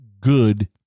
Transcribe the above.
good